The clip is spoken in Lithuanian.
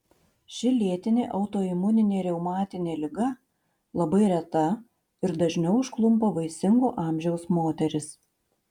ši lėtinė autoimuninė reumatinė liga labai reta ir dažniau užklumpa vaisingo amžiaus moteris